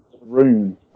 room